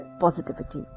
positivity